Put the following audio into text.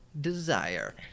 desire